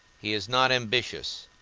he is not ambitious,